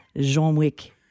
Jean-Wick